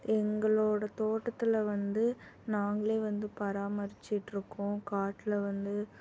எங்களோட தோட்டத்தில் வந்து நாங்களே வந்து பராமரிச்சுட்ருக்கோம் காட்டில் வந்து